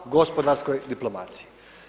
Gospodarskoj diplomaciji.